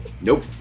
Nope